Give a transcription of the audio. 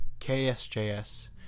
KSJS